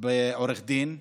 עורך דין.